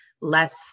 less